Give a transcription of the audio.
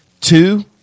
Two